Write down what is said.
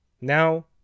Now